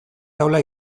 taula